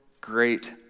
great